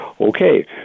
Okay